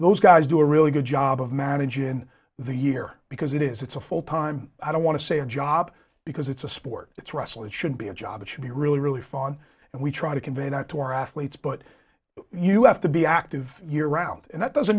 those guys do a really good job of managing in the year because it is it's a full time i don't want to say a job because it's a sport it's russell it should be a job it should be really really fun and we try to convey that to our athletes but you have to be active year round and that doesn't